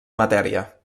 matèria